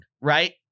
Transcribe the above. right